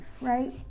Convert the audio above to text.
right